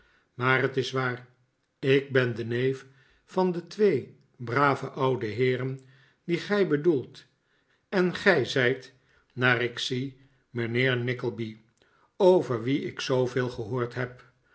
maar het is waar ik ben de neef van de twee brave oude heeren die gij bedoelt en gij zijt naar ik zie mijnheer nickleby over wien ik zooveel gehoord heb